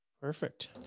Perfect